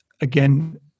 again